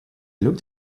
looked